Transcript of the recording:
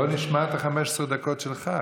בוא נשמע את 15 הדקות שלך,